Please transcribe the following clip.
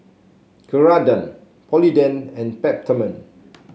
Ceradan Polident and Peptamen